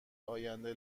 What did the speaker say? آینده